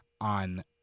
on